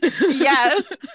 Yes